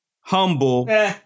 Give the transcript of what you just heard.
humble